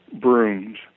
brooms